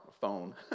phone